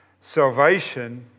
salvation